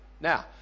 Now